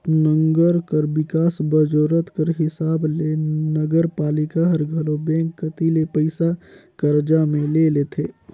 नंगर कर बिकास बर जरूरत कर हिसाब ले नगरपालिका हर घलो बेंक कती ले पइसा करजा में ले लेथे